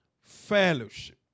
Fellowship